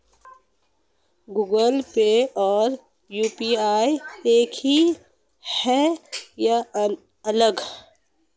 Google Pay और UPI एक ही है या अलग?